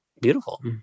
beautiful